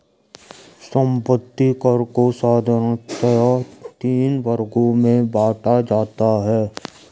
संपत्ति कर को साधारणतया तीन वर्गों में बांटा जाता है